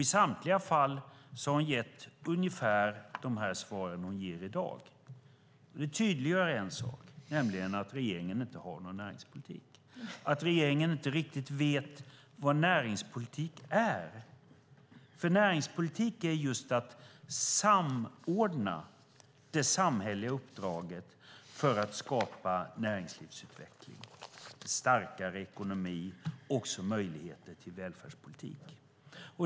I samtliga fall har näringsministern gett ungefär samma svar som här i dag. Det tydliggör att regeringen inte har någon näringspolitik, att regeringen inte riktigt vet vad näringspolitik är. Näringspolitik är att samordna det samhälleliga uppdraget för att skapa näringslivsutveckling, en starkare ekonomi och möjligheter till välfärdspolitik.